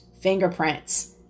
fingerprints